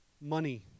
Money